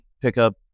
pickup